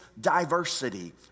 diversity